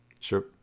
Sure